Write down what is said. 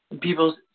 people